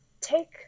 take